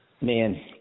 Man